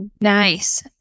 nice